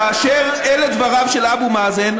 כאשר אלה דבריו של אבו מאזן,